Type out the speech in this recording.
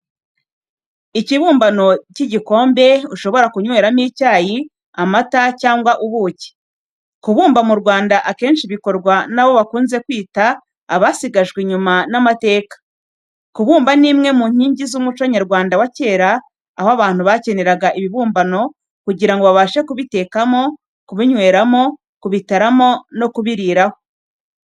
Ikibumbano cy'igikombe ushobora kunyweramo icyayi, amata cyangwa ubuki, kubumba mu Rwanda akenshi bikorwa nabo bakunze kwita abasigaje inyuma n'amateka, kubumba ni kimwe mu nkingi z'umuco nyarwanda wa kera aho abantu bakeneraga ibibumbano kugira babashe kubitekamo, kubinyweramo, kubitaramo no kubiriraho.